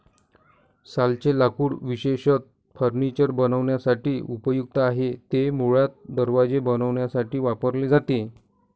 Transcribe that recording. सालचे लाकूड विशेषतः फर्निचर बनवण्यासाठी उपयुक्त आहे, ते मुळात दरवाजे बनवण्यासाठी वापरले जाते